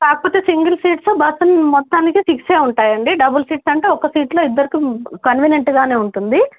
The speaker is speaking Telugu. కాకపోతే సింగిల్ సీట్స్ బస్సుని మొత్తానికి సిక్సే ఉంటాయండి డబుల్ సీట్స్ అంటే ఒక సీట్లో ఇద్దరికి కన్వీనెంట్గానే ఉంటుంది